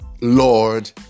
Lord